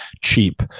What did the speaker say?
cheap